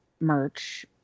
merch